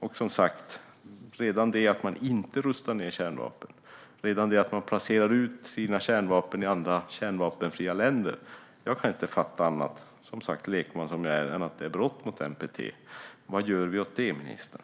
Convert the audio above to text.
Och som sagt: Redan det att man inte rustar ned kärnvapen och att man placerar ut sina kärnvapen i kärnvapenfria länder innebär - jag kan inte fatta annat, lekman som jag är - brott mot NPT. Vad gör vi åt det, ministern?